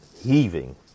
heaving